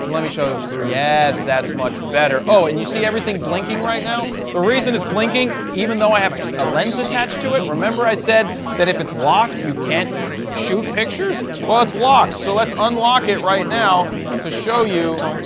me show, yes, that's much better. oh, and you see everything blinking right now. the reason it's blinking even though i have a lens attached to it, remember i said that if it's locked, you can't shoot pictures. well, it's locked. so, let's unlock it right now to show you.